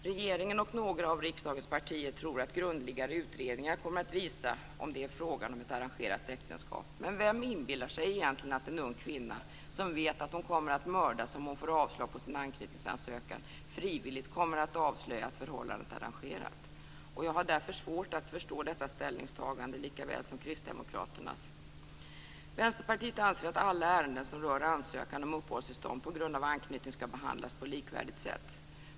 Regeringen och några av riksdagens partier tror att grundligare utredningar kommer att visa om det är fråga om ett arrangerat äktenskap. Vem inbillar sig egentligen att en ung kvinna som vet att hon kommer att mördas om hon får avslag på sin anknytningsansökan frivilligt kommer att avslöja att förhållandet är arrangerat? Jag har därför svårt att förstå detta ställningstagande likaväl som Kristdemokraternas. Vänsterpartiet anser att alla ärenden som rör ansökan om uppehållstillstånd på grund av anknytning ska behandlas på likvärdigt sätt.